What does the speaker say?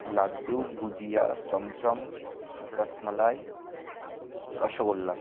laddu gujiya chamcham rasmalai rasgulla